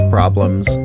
problems